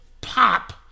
pop